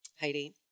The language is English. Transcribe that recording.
Heidi